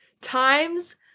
times